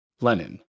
Lenin